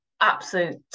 absolute